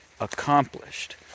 accomplished